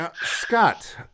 Scott